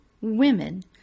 women